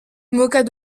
moquât